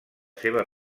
seva